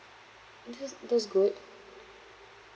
that's that's good